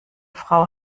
frau